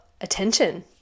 attention